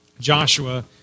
Joshua